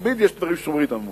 תמיד יש דברים ששוברים את הממוצע.